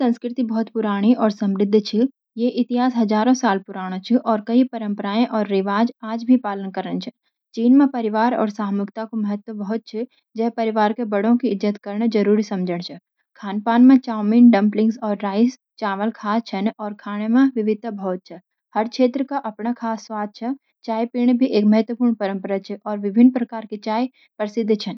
चीन की संस्कृति बहुत पुरानी और समृद्ध छ। इकी इतिहास हजारों साल पुराण छ, और कई परम्पराएं और रिवाज आज भी पालन करन। चीन मा परिवार और सामूहिकता को महत्व बहुत छ, जां परिवार के बड़ों की इज्जत करना जरूरी समझण। खानपान मा चाऊमीन, डंपलिंग्स और राइस (चावल) खास छन, और खाने मा विविधता भी बहुत छ, चाय पीण भी एक महत्वपूर्ण परम्परा छ, और विभिन्न प्रकार की चाय प्रसिद्ध छन।